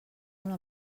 una